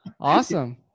Awesome